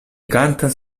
kantas